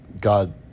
God